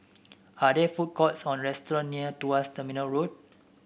are there food courts or restaurants near Tuas Terminal Road